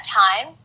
time